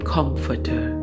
Comforter